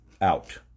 out